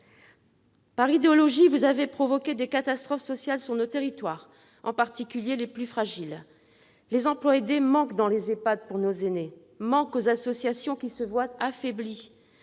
Par idéologie, vous avez provoqué des catastrophes sociales sur nos territoires, en particulier sur les plus fragiles. Les emplois aidés manquent dans les EHPAD pour nos aînés, manquent aux associations qui se voient affaiblies.